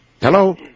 Hello